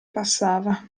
passava